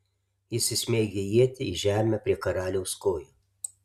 jis įsmeigia ietį į žemę prie karaliaus kojų